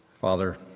Father